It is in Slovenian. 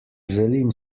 želim